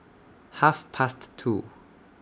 Half Past two